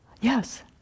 Yes